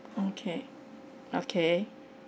okay okay